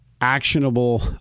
actionable